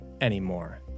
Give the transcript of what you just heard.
anymore